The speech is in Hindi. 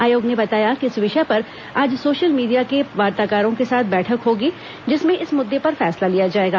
आयोग ने बताया कि इस विषय पर आज सोशल मीडिया के वार्ताकारों के साथ बैठक होगी जिसमें इस मुद्दे पर फैसला लिया जाएगा